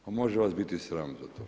Pa može vas biti sram za to.